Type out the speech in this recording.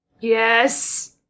Yes